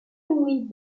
louis